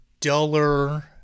duller